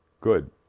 Good